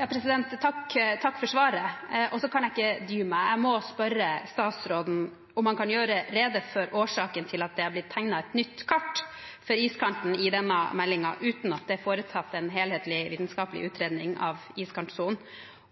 Takk for svaret. Jeg kan ikke dy meg. Jeg må spørre statsråden om han kan gjøre rede for årsaken til at det er blitt tegnet et nytt kart for iskanten i denne meldingen uten at det er foretatt en helhetlig vitenskapelig utredning av iskantsonen.